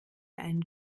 einen